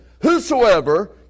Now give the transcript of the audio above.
whosoever